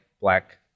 black